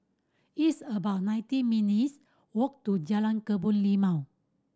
it's about nineteen minutes' walk to Jalan Kebun Limau